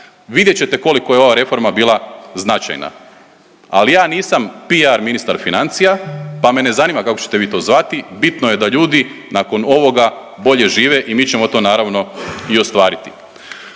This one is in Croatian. vidjet ćete koliko je ova reforma bila značajna. Ali ja nisam PR ministar financija pa me ne zanima kako ćete vi to zvati, bitno je da ljudi nakon ovoga bolje žive i mi ćemo to naravno, i ostvariti.